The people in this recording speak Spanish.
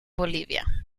bolivia